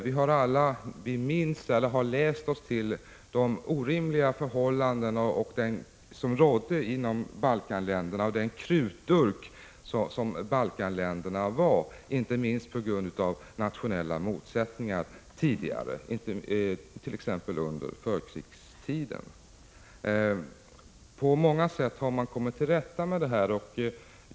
Vi har alla läst om de orimliga förhållanden som rådde i Balkanländerna och om den krutdurk som Balkanländerna, inte minst på grund av nationella motsättningar, utgjorde tidigare, t.ex. under förkrigstiden. På många sätt har man kommit till rätta med dessa problem.